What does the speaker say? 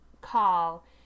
call